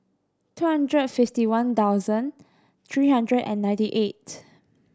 two hundred and fifty one thousand three hundred and ninety eight